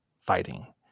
fighting